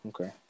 okay